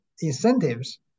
incentives